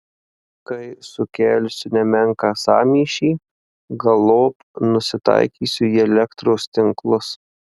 kai sukelsiu nemenką sąmyšį galop nusitaikysiu į elektros tinklus